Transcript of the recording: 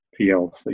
PLC